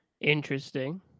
Interesting